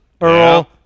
Earl